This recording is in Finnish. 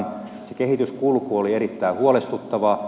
se kehityskulku oli erittäin huolestuttavaa